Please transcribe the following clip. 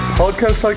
podcast